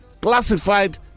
classified